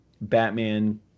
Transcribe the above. Batman